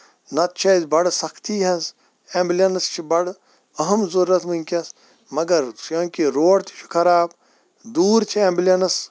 نہ تہٕ چھےٚ اَسہِ بڑٕ سختی حظ ایٚمبلینٕس چھِ بَڑٕ اَہم ضروٗرت ؤنکیٚس مَگر سٲنۍ کِنۍ روڈ چھُ خراب دوٗد چھےٚ ایٚمبلینٕس